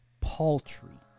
paltry